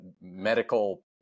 medical